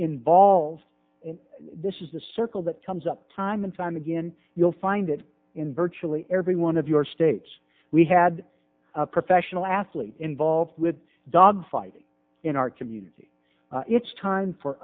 involved and this is the circle that comes up time and time again you'll find it in virtually every one of your states we had a professional athlete involved with dogfighting in our community it's time for